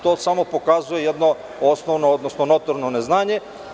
To samo pokazuje jedno osnovno, odnosno notorno neznanje.